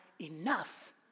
enough